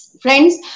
Friends